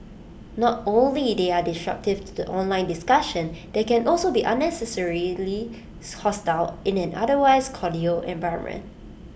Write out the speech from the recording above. not only they are disruptive to the online discussion they can also be unnecessarily hostile in an otherwise cordial environment